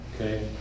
Okay